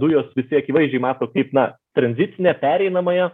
dujos visi akivaizdžiai mato kaip na tranzitinę pereinamąją